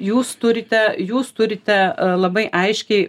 jūs turite jūs turite labai aiškiai